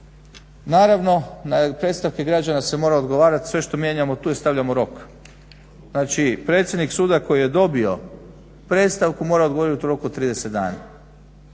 Naravno na predstavke građana se mora odgovarat, sve što mijenjamo tu je stavljamo rok. Znači predsjednik suda koji je dobio predstavku mora odgovorit u roku od 30 dana.